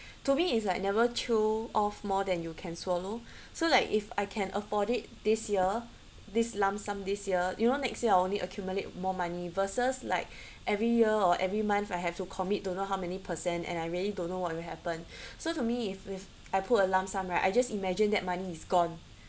to me it's like never chew off more than you can swallow so like if I can afford it this year this lump sum this year you know next year I'll only accumulate more money versus like every year or every month I have to commit don't know how many percent and I really don't know what will happen so to me if if I put a lump sum right I just imagine that money is gone